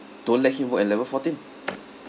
don't let him go at level fourteen